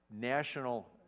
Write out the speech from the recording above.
national